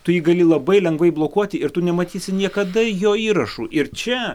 tu jį gali labai lengvai blokuoti ir tu nematysi niekada jo įrašų ir čia